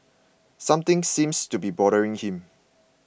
something seems to be bothering him